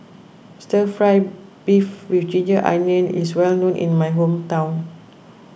Stir Fry Beef with Ginger Onions is well known in my hometown